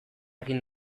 egin